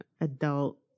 adult